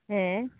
ᱦᱮᱸ